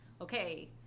okay